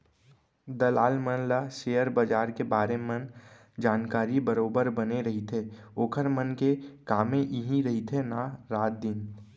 दलाल मन ल सेयर बजार के बारे मन जानकारी बरोबर बने रहिथे ओखर मन के कामे इही रहिथे ना रात दिन